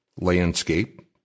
landscape